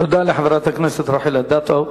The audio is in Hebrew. תודה לחברת הכנסת רחל אדטו.